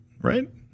Right